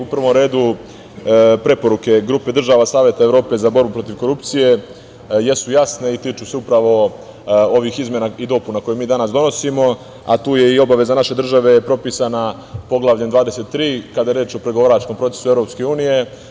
U prvom redu, preporuke Grupe država Saveta Evrope za borbu protiv korupcije jesu jasne i tiču se upravo ovih izmena i dopuna koje mi danas donosimo, a tu je i obaveza naše države propisana Poglavljem 23, kada je reč o pregovaračkom procesu Evropske unije.